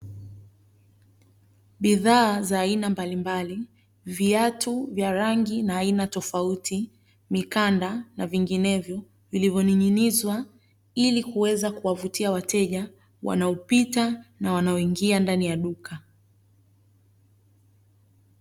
Bidhaa za aina mbalimbali; viatu vya rangi na aina tofauti, mikanda na vinginevyo vilivyoning'inizwa ili kuweza kuwavutia wateja wanaopita na wanaoingia ndani ya duka.